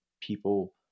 People